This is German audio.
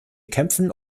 kämpfen